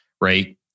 Right